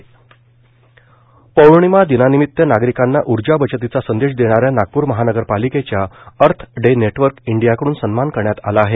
पौर्णिमा दिन पौर्णिमा दिनानिमित्त नागप्रकरांना ऊर्जा बचतीचा संदेश देणा या नागप्र महानगरपालिकेचा अर्थ डे नेटवर्क इंडियाकडून सन्मान करण्यात आला आहे